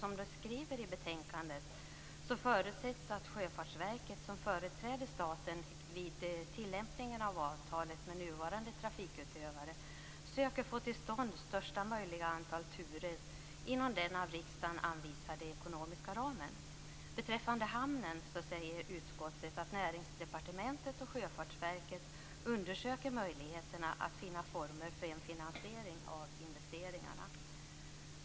Som det skriver i betänkandet förutsätts att Sjöfartsverket, som företräder staten vid tillämpningen av avtalet med nuvarande trafikutövare, söker få till stånd största möjliga antal turer inom den av riksdagen anvisade ekonomiska ramen. Beträffande hamnen säger utskottet att Näringsdepartementet och Sjöfartsverket undersöker möjligheterna att finna former för en finansiering av investeringarna.